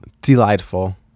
delightful